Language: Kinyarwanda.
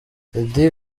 lady